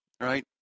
right